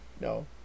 No